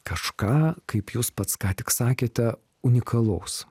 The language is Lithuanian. kažką kaip jūs pats ką tik sakėte unikalaus